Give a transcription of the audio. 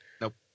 Nope